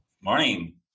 Morning